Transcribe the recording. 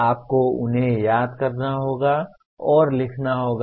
आपको उन्हें याद करना होगा और लिखना होगा